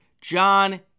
John